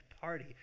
party